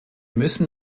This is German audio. müssen